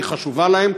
היא חשובה להם.